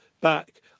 back